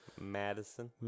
Madison